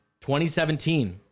2017